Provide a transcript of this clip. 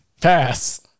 Pass